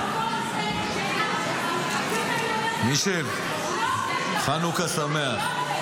הלכתם --- מישל, חנוכה שמח.